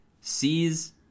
sees